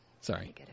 Sorry